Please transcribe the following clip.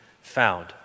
found